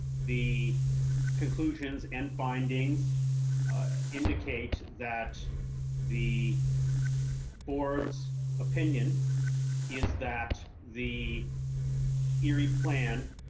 the conclusions and findings indicate that the board's opinion is that the erie plan.